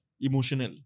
emotional